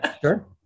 Sure